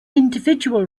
individual